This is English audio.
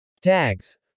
Tags